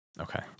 Okay